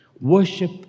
worship